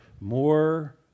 more